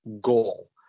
goal